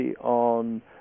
on